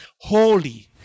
holy